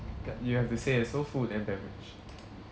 you have to say also food and beverage